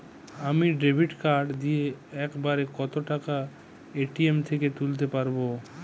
আমি debit card দিয়ে এক বারে কত টাকা এ.টি.এম থেকে তুলতে পারবো?